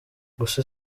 gusa